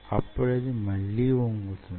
అప్పుడది మళ్లీ వంగుతుంది